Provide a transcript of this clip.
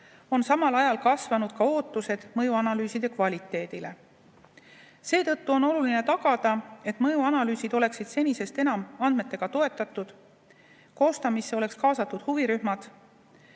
on samal ajal kasvanud ka ootused mõjuanalüüside kvaliteedile. Seetõttu on oluline tagada, et mõjuanalüüsid oleksid senisest enam andmetega toetatud, koostamisse oleksid kaasatud huvirühmad,